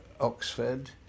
Oxford